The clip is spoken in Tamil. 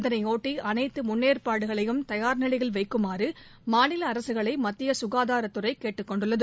இதனையொட்டி அனைத்து முன்னேற்பாடுகளையும் தயார் நிலையில் வைக்குமாறு மாநில அரசுகளை மத்திய சுகாதாரத்துறை கேட்டுக் கொண்டுள்ளது